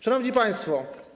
Szanowni Państwo!